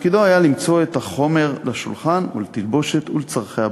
תפקידו היה למצוא את ה'חומר' לשולחן ולתלבושת ולצורכי הבית.